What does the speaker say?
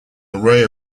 array